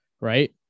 right